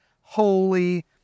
holy